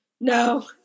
no